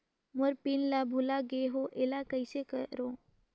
मोर PIN ला भुला गे हो एला कइसे करो?